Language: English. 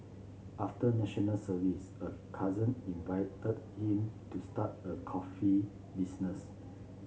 after National Service a cousin invited him to start a coffee business